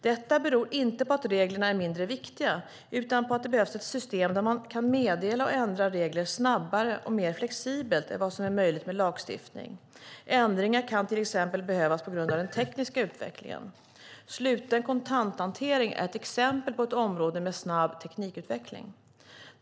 Detta beror inte på att reglerna är mindre viktiga, utan på att det behövs ett system där man kan meddela och ändra regler snabbare och mer flexibelt än vad som är möjligt med lagstiftning. Ändringar kan till exempel behövas på grund av den tekniska utvecklingen. Sluten kontanthantering är ett exempel på ett område med snabb teknikutveckling.